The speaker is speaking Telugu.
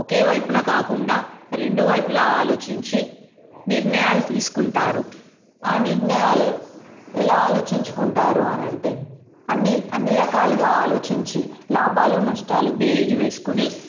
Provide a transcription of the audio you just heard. ఒకే వైపున కాకుండా రెండు వైపులా ఆలోచించి నిర్ణయాలు తీసుకుంటారు ఆ నిర్ణయాలు ఎలా ఆలోచించుకుంటారు అని అంటే అన్ని అన్ని రకాలుగా ఆలోచించి లాభాలు నష్టాలు బేరీజు వేసుకుని